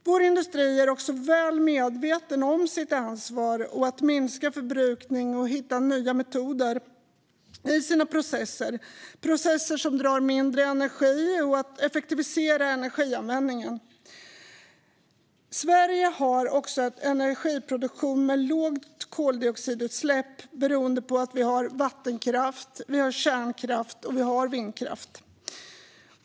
Vår industri är väl medveten om sitt ansvar för att minska förbrukningen och hitta nya metoder i sina processer - processer som drar mindre energi - och att effektivisera energianvändningen. Sverige har också en energiproduktion med låga koldioxidutsläpp beroende på att vi har vattenkraft, kärnkraft och vindkraft.